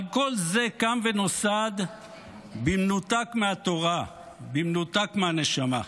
אבל כל זה קם ונוסד במנותק מהתורה, במנותק מהנשמה.